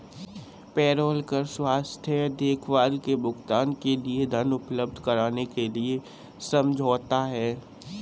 payroll कर स्वास्थ्य देखभाल के भुगतान के लिए धन उपलब्ध कराने के लिए समझौता है